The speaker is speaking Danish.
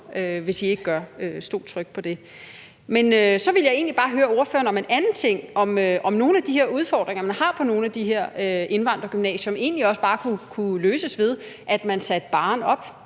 hvis I ikke gør. Stol trygt på det. Men så vil jeg egentlig bare høre ordføreren om en anden ting, nemlig om nogle af de udfordringer, man har på nogle af de her indvandrergymnasier, egentlig også bare kunne løses ved, at man satte barren op.